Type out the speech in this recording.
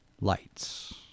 lights